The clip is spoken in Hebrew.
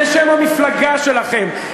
זה שם המפלגה שלכם,